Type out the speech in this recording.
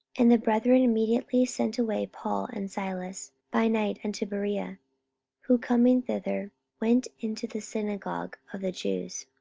and the brethren immediately sent away paul and silas by night unto berea who coming thither went into the synagogue of the jews.